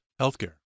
Healthcare